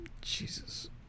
Jesus